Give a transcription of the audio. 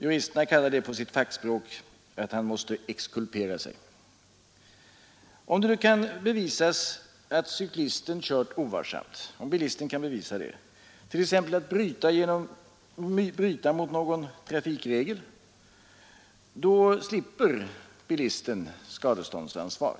Juristerna kallar det på sitt fackspråk att han måste exkulpera sig. Om Nr 84 bilisten kan bevisa att cyklisten kört ovarsamt, t.ex. genom att bryta Torsdagen den mot någon trafikregel, slipper bilisten skadeståndsansvar.